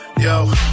Yo